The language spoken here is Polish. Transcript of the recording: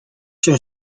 się